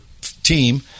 team